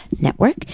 Network